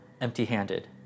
empty-handed